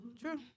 True